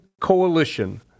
coalition